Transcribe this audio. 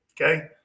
Okay